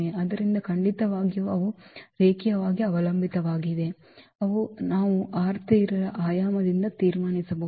ಆದ್ದರಿಂದ ಖಂಡಿತವಾಗಿಯೂ ಅವು ರೇಖೀಯವಾಗಿ ಅವಲಂಬಿತವಾಗಿವೆ ಅದು ನಾವು ರ ಆಯಾಮದಿಂದ ತೀರ್ಮಾನಿಸಬಹುದು